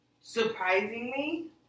Surprisingly